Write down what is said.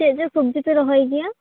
ᱪᱮᱫ ᱪᱮᱫ ᱥᱟ ᱵᱡᱤ ᱯᱮ ᱨᱚᱦᱚᱭ ᱜᱮᱭᱟ